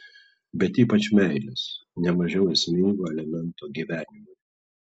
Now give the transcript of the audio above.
bet ypač meilės ne mažiau esmingo elemento gyvenimui